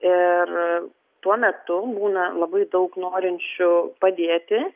ir tuo metu būna labai daug norinčių padėti